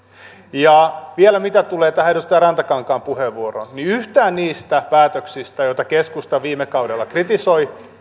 vielä mitä tulee tähän edustaja rantakankaan puheenvuoroon niin yhtään niistä päätöksistä joita keskusta viime kaudella kritisoi